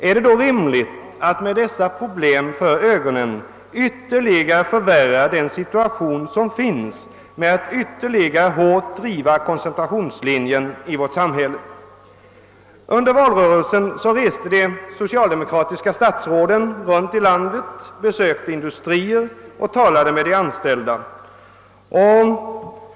är det då rimligt att med dessa problem för ögonen ytterligare förvärra den föreliggande situationen med att driva koncentrationslinjen i vårt samhälle ännu hårdare? Under valrörelsen reste de socialdemokratiska statsråden runt i landet. De besökte industrier och talade med de anställda.